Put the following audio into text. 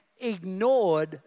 ignored